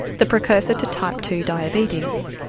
the precursor to type two diabetes.